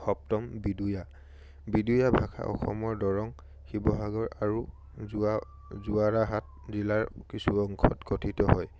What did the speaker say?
সপ্তম বিদয়া বিদয়া ভাষা অসমৰ দৰং শিৱসাগৰ আৰু যোৰ যোৰহাট জিলাৰ কিছু অংশত কথিত হয়